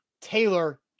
Taylor